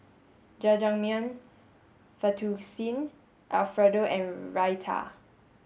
Jajangmyeon Fettuccine Alfredo and Raita